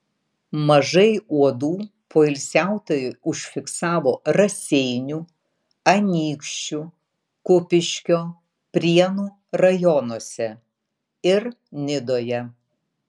mažai uodų poilsiautojai užfiksavo raseinių anykščių kupiškio prienų rajonuose ir nidoje